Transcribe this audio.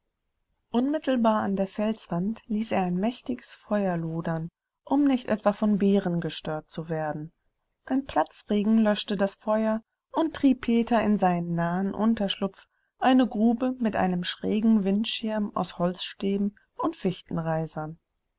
unmittelbar an der felswand ließ er ein mächtiges feuer lodern um nicht etwa von bären gestört zu werden ein platzregen löschte das feuer und trieb peter in seinen nahen unterschlupf eine grube mit einem schrägen windschirm aus holzstäben und fichtenreisern